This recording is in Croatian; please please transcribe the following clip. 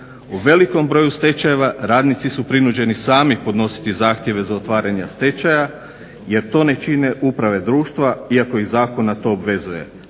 U velikom broju stečajeva radnici su prinuđeni sami podnositi zahtjeve za otvaranje stečaja jer to ne čine uprave društva iako ih zakon na to obvezuje.